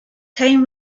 came